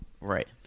Right